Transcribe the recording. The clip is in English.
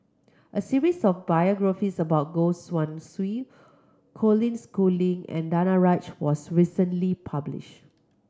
a series of biographies about Goh Guan Siew Colin Schooling and Danaraj was recently published